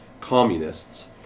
communists